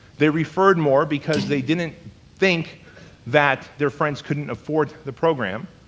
they referred more because they didn't think that their friends couldn't afford the program,